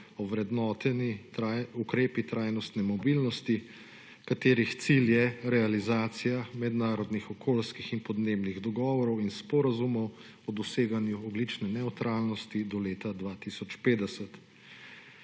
ovrednoteni ukrepi trajnostne mobilnosti, katerih cilj je realizacija mednarodnih okolijskih in podnebnih dogovorov in sporazumov o doseganju ogljične nevtralnosti do leta 2050.